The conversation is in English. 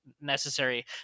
necessary